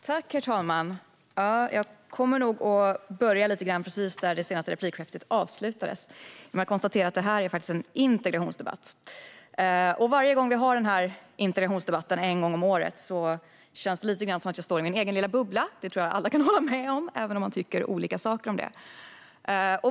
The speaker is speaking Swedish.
Herr talman! Jag kommer att inleda där det senaste replikskiftet avslutades genom att konstatera att det här faktiskt är en integrationsdebatt. Varje gång vi har den här integrationsdebatten - en gång om året - känns det lite grann som att jag står i min egen lilla bubbla. Det tror jag att alla kan hålla med om, även om man tycker olika saker.